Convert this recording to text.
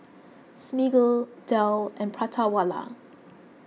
Smiggle Dell and Prata Wala